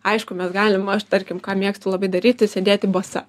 aišku mes galim aš tarkim ką mėgstu labai daryti sėdėti basa